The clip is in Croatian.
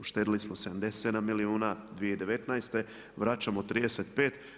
Uštedili smo 77 milijuna 2019., vraćamo 35.